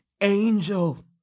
angel